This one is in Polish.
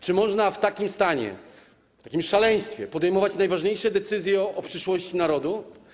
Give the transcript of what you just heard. Czy można w takim stanie, w takim szaleństwie, podejmować najważniejsze decyzje o przyszłości narodu?